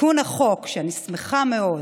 תיקון החוק, שאני שמחה מאוד